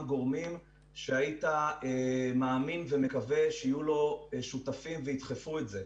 גורמים שהיית מאמין שיהיו שותפים לו וידחפו את זה.